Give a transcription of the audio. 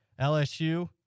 LSU